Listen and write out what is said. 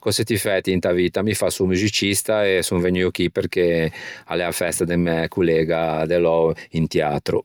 Cöse ti fæ ti inta vitta? Mi fasso o muxicista e son vegnuo chì perché a l'é a festa de un mæ collega de lou in tiatro.